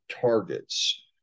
targets